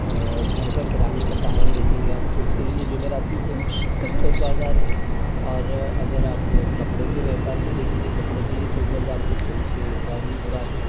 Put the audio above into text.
घर का किराने का सामान देखेंगे आप तो उसके लिए जुमेराती है थोक बाज़ार है और अगर आप कपड़ों के व्यापार को देखेंगे तो कपड़ों के लिए थोक बाज़ार तो चौक है इब्राहिमपुरा है